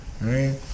Right